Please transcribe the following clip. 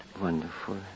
Wonderful